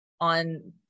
on